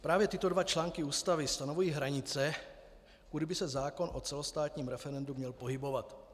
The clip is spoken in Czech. Právě tyto dva články Ústavy stanovují hranice, kudy by se zákon o celostátním referendu měl pohybovat.